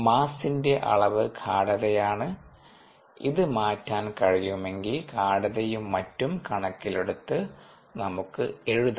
മാസ്സിൻറെ അളവ് ഗാഢതയാണ് ഇത് മാറ്റാൻ കഴിയുമെങ്കിൽ ഗാഢതയും മറ്റും കണക്കിലെടുത്ത് നമുക്ക് എഴുതാം